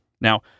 Now